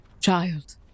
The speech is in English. child